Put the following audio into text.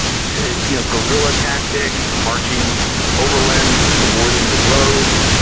you know guerrilla tactics, marching overland, avoiding the roads.